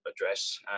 address